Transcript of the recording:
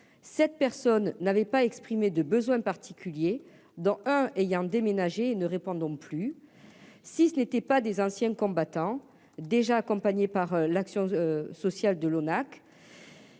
cette personne n'avait pas exprimé de besoins particuliers dans un ayant déménagé ne répondent non plus si ce n'était pas des anciens combattants déjà accompagné par l'action sociale de l'ONAC.